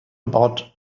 about